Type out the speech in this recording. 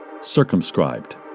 circumscribed